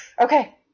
Okay